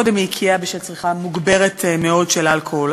קודם היא הקיאה בשל צריכה מוגברת מאוד של אלכוהול.